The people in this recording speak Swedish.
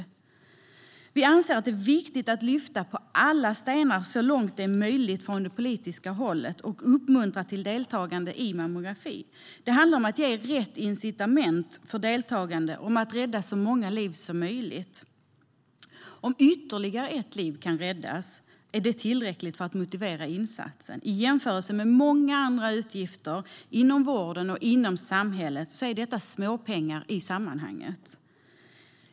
Vi anser att det är viktigt att lyfta på alla stenar så långt det är möjligt från politiskt håll och uppmuntra till deltagande i mammografi. Det handlar om att ge rätt incitament för deltagande och om att rädda så många liv som möjligt. Om ytterligare ett liv kan räddas är det tillräckligt för att motivera insatsen. I jämförelse med många andra utgifter inom vården och i samhället är detta småpengar i sammanhanget.